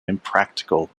impractical